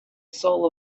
soul